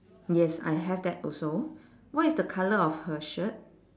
yes I have that also what is the colour of her shirt